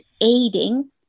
aiding